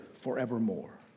forevermore